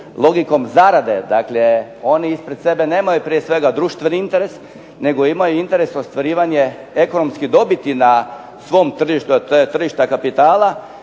logikom zarade, dakle, oni ispred sebe nemaju prije svega društveni interes nego imaju interes ostvarivanje ekonomskih dobiti na svom tržištu kapitala.